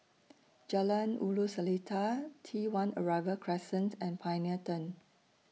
Jalan Ulu Seletar T one Arrival Crescent and Pioneer Turn